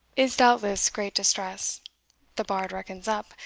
is doubtless great distress the bard reckons up,